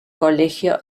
colegio